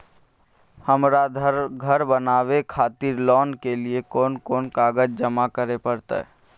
हमरा धर बनावे खातिर लोन के लिए कोन कौन कागज जमा करे परतै?